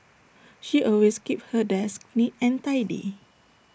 she always keeps her desk neat and tidy